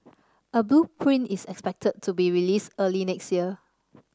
a blueprint is expected to be released early next year